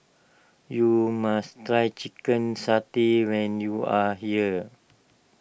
you must try Chicken Satay when you are here